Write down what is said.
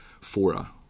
fora